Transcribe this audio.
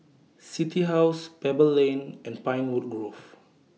City House Pebble Lane and Pinewood Grove